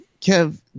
Kev